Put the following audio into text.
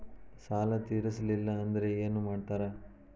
ಸಾಲ ತೇರಿಸಲಿಲ್ಲ ಅಂದ್ರೆ ಏನು ಮಾಡ್ತಾರಾ?